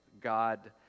God